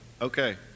okay